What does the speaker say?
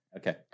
Okay